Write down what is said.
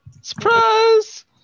Surprise